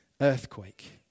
earthquake